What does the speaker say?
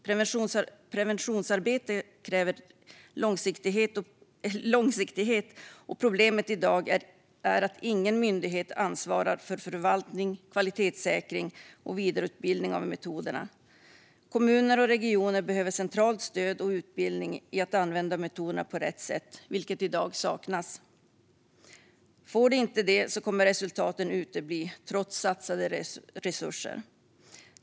Preventionsarbete kräver långsiktighet, och problemet i dag är att ingen myndighet ansvarar för förvaltning, kvalitetssäkring och vidareutveckling av metoderna. Kommuner och regioner behöver centralt stöd och utbildning i att använda metoderna på rätt sätt, vilket i dag saknas. Får de inte det kommer resultaten att utebli, trots satsade resurser.